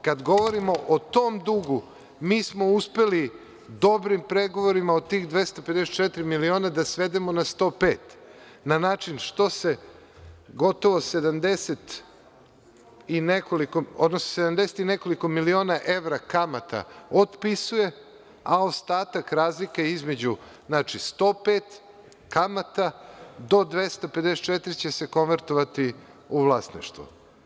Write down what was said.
Kad govorimo o tom dugu, mi smo uspeli dobrim pregovorima o tih 254 miliona da svedemo na 105, na način što se gotovo 70 i nekoliko miliona evra kamata otpisuje, a ostatak razlika između 105, kamata, do 254 će se konvertovati u vlasništvo.